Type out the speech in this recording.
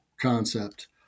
concept